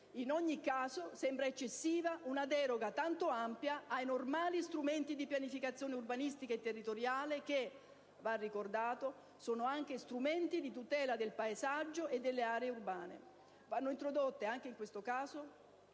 In ogni caso, sembra eccessiva una deroga tanto ampia ai normali strumenti di pianificazione urbanistica e territoriale che, va ricordato, sono anche strumenti di tutela del paesaggio e delle aree urbane. Vanno introdotte anche in questo caso